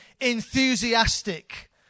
enthusiastic